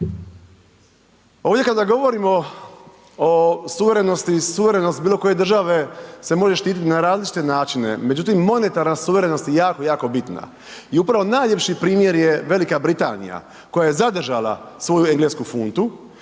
Ovdje kada govorimo o suverenosti i suverenost bilo koje države se može štiti na različite načine, međutim monetarna suverenost je jako, jako bitna i upravo najljepši primjer je Velika Britanija koja je zadržala svoju englesku funtu